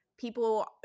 People